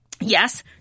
Yes